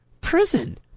prison